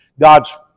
God's